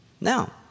Now